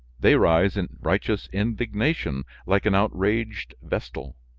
they rise in righteous indignation like an outraged vestal,